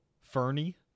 Fernie